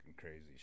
crazy